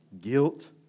guilt